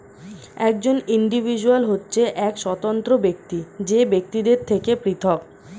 একজন ইন্ডিভিজুয়াল হচ্ছে এক স্বতন্ত্র ব্যক্তি যে বাকিদের থেকে পৃথক